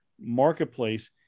marketplace